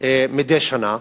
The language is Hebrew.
מדי שנה.